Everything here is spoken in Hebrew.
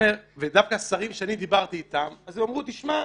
ודווקא השרים שאני דיברתי איתם, אמרו: תשמע,